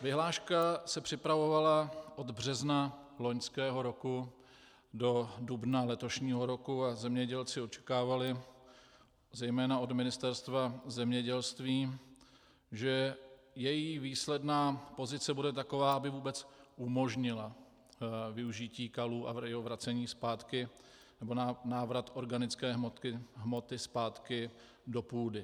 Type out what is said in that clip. Vyhláška se připravovala od března loňského roku do dubna letošního roku a zemědělci očekávali zejména od ministerstva zemědělství, že její výsledná pozice bude taková, aby vůbec umožnila využití kalů a jejich vracení zpátky, návrat organické hmoty zpátky do půdy.